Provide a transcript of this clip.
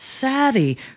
savvy